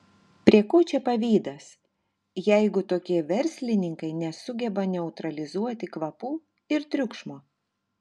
prie ko čia pavydas jeigu tokie verslininkai nesugeba neutralizuoti kvapų ir triukšmo